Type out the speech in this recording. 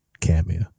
Cameo